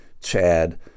Chad